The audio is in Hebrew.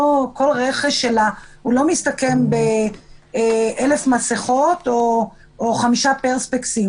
מסתכם ב-1,000 מסכות או חמישה פרספקסים.